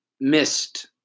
missed –